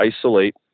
isolate